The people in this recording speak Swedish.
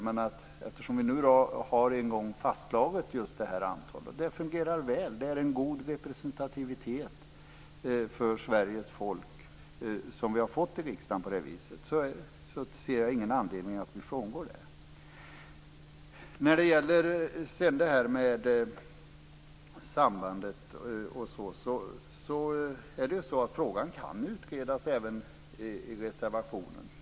Men eftersom vi nu en gång har fastslagit just detta antal och det fungerar väl och ger en god representativitet för Sveriges folk i riksdagen ser jag ingen anledning att frångå det. Frågan om sambandet kan utredas, även i reservationen.